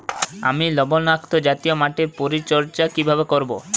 আমি লবণাক্ত জাতীয় মাটির পরিচর্যা কিভাবে করব?